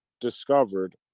discovered